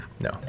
no